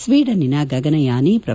ಸ್ವೀಡನ್ನಿನ ಗಗನಯಾನಿ ಪ್ರೊ